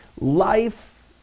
Life